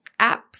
apps